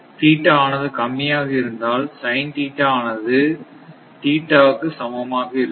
theta ஆனது கம்மியாக இருந்தால் சைன் தீடா ஆனது தீடா க்கு சமமாக இருக்கும்